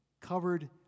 covered